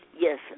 Yes